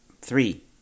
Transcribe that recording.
Three